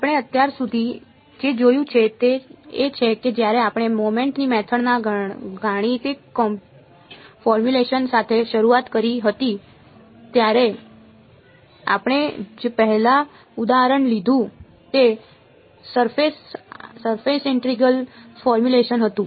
આપણે અત્યાર સુધી જે જોયું છે તે એ છે કે જ્યારે આપણે મોમેન્ટ ની મેથડ ના ગાણિતિક ફોર્મ્યુલેશન સાથે શરૂઆત કરી હતી ત્યારે આપણે જે પહેલું ઉદાહરણ લીધું હતું તે સરફેસઇન્ટેગ્રલ ફોર્મ્યુલેશન હતું